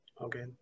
Okay